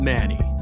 Manny